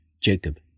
Jacob